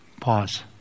Pause